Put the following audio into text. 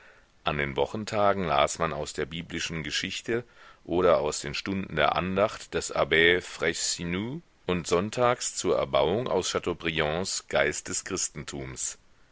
an den wochentagen las man aus der biblischen geschichte oder aus den stunden der andacht des abb frayssinous und sonntags zur erbauung aus chateaubriands geist des christentums